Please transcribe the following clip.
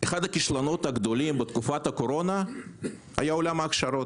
אחד הכישלונות הגדולים בתקופת הקורונה היה עולם ההכשרות,